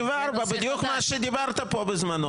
בדיוק מה שדיברת פה בזמנו.